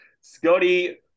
Scotty